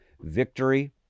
Victory